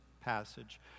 passage